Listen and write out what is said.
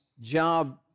job